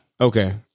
Okay